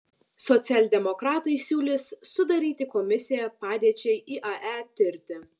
socialdemokratai siūlys sudaryti komisiją padėčiai iae tirti